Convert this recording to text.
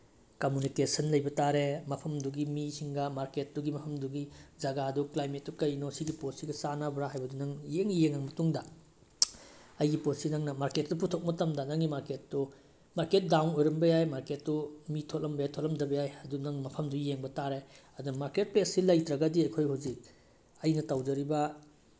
communication ꯂꯩꯕ ꯇꯥꯔꯦ ꯃꯐꯝꯗꯨꯒꯤ ꯃꯤꯁꯤꯡꯒ ꯃꯥꯔꯀꯦꯠꯇꯨꯒꯤ ꯃꯐꯝꯗꯨꯒꯤ ꯖꯒꯥꯗꯨ ꯀ꯭ꯂꯥꯏꯃꯦꯠꯇꯨ ꯀꯩꯅꯣ ꯁꯤꯒꯤ ꯄꯣꯠꯁꯤꯒ ꯆꯥꯟꯅꯕ꯭ꯔꯥ ꯍꯥꯏꯕꯗꯨ ꯅꯪ ꯌꯦꯡ ꯌꯦꯡꯉꯕ ꯃꯇꯨꯡꯗ ꯑꯩꯒꯤ ꯄꯣꯠꯁꯤ ꯅꯪꯅ ꯃꯥꯔꯀꯦꯠꯇ ꯄꯨꯊꯣꯛꯄ ꯃꯇꯝꯗ ꯅꯪꯒꯤ ꯃꯥꯔꯀꯦꯠꯇꯨ ꯃꯥꯔꯀꯦꯠ ꯗꯥꯎꯟ ꯑꯣꯏꯔꯝꯕ ꯌꯥꯏ ꯃꯥꯔꯀꯦꯠꯇꯨ ꯃꯤ ꯊꯣꯛꯑꯝꯕ ꯌꯥꯏ ꯊꯣꯛꯑꯝꯗꯕ ꯌꯥꯏ ꯑꯗꯨ ꯅꯪ ꯃꯐꯝꯗꯨ ꯌꯦꯡꯕ ꯇꯥꯔꯦ ꯑꯗꯨꯅ ꯃꯥꯔꯀꯦꯠ ꯄ꯭ꯂꯦꯁꯁꯤ ꯂꯩꯇ꯭ꯔꯒꯗꯤ ꯑꯩꯈꯣꯏ ꯍꯧꯖꯤꯛ ꯑꯩꯅ ꯇꯧꯖꯔꯤꯕ